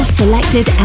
selected